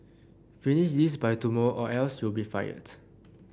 finish this by tomorrow or else you'll be fired